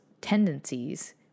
tendencies